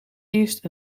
eerst